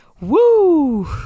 Woo